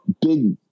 big